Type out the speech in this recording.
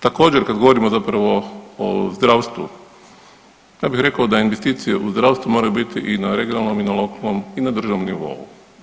Također kad govorimo zapravo o zdravstvu ja bi rekao da investicije u zdravstvu moraju biti i na regionalnom i na lokalnom i na državnom nivou.